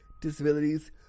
disabilities